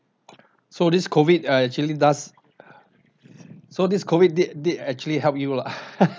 so this COVID err actually does so this COVID did did actually help you lah